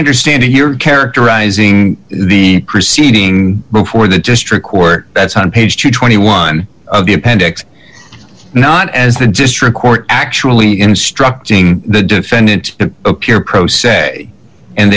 understand your characterizing the proceeding before the district court that's on page twenty one of the appendix not as the district court actually instructing the defendant appear pro se and